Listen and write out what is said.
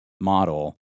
model